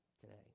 today